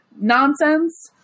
nonsense